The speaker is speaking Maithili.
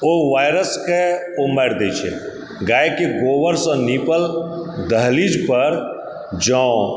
ओ वायरस के ओ मारि दए छै गायके गोबरसंँ निपल दहलीज पर जौंँ